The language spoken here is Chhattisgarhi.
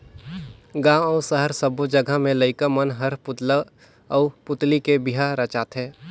गांव अउ सहर सब्बो जघा में लईका मन हर पुतला आउ पुतली के बिहा रचाथे